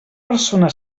persona